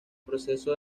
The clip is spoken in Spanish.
proceso